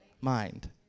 mind